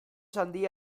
handia